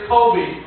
Kobe